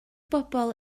bobl